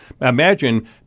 imagine